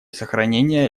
сохранения